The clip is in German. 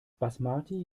basmati